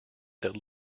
that